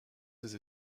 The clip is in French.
ses